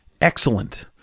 excellent